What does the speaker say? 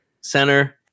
center